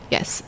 Yes